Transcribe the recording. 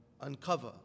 uncover